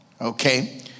Okay